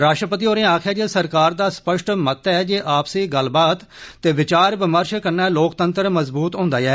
राष्ट्रपति होरें आक्खेया जे सरकार दा स्पष्ट मत ऐ जे आपसी गल्लबात ते विचार विमर्श कन्नै लोकतंत्र मजबूत ह्न्दा ऐ